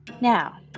Now